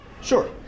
Sure